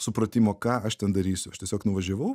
supratimo ką aš ten darysiu aš tiesiog nuvažiavau